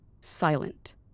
Silent